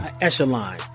echelon